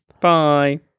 Bye